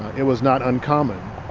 it was not uncommon.